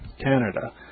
Canada